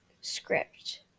script